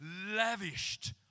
lavished